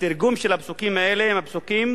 התרגום של הפסוקים האלה הוא של הפסוקים